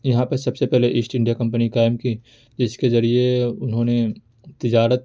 یہاں پے سب سے پہلے ایسٹ انڈیا کمپنی قائم کی جس کے ذریعے انہوں نے تجارت